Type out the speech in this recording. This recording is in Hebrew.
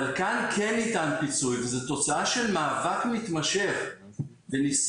אבל כאן כן ניתן פיצוי וזה תוצאה של מאבק מתמשך וניסיון